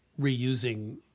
reusing